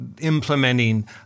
implementing